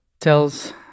tells